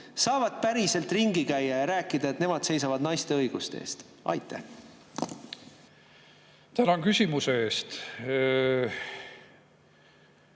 saavad päriselt ringi käia ja rääkida, et nemad seisavad naiste õiguste eest? Aitäh! Ma ka ütleks, et